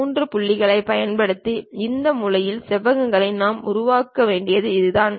3 புள்ளிகளைப் பயன்படுத்தி இந்த மூலையில் செவ்வகங்களை நாம் உருவாக்க வேண்டியது இதுதான்